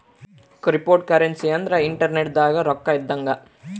cryptocurrency ಅಂದ್ರ internet ದಾಗ ರೊಕ್ಕ ಇದ್ದಂಗ